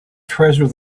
treasure